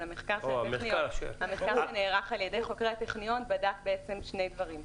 אבל המחקר שנערך על ידי חוקרי הטכניון בדק שני דברים.